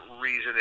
reason